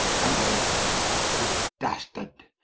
and the rest this dastard,